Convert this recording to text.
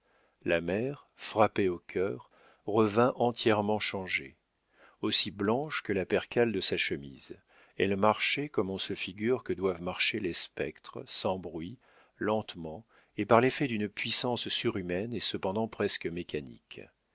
la mère frappée au cœur revint entièrement changée aussi blanche que la percale de sa chemise elle marchait comme on se figure que doivent marcher les spectres sans bruit lentement et par l'effet d'une puissance surhumaine et cependant presque mécanique